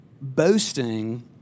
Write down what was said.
boasting